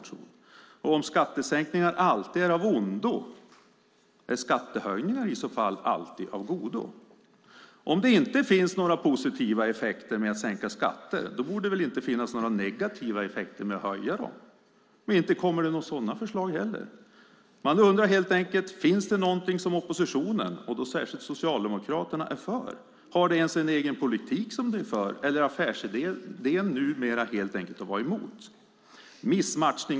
Och om skattesänkningar alltid är av ondo - är skattehöjningar i så fall alltid av godo? Om det inte finns några positiva effekter med att sänka skatter borde det väl inte finnas några negativa effekter med att höja dem? Men inte kommer det några sådana förslag heller. Man undrar helt enkelt om det finns någonting som oppositionen, och då särskilt Socialdemokraterna, är för? Har de ens en egen politik som de är för, eller är affärsidén numera helt enkelt att bara vara emot?